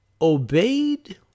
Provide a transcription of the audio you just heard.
obeyed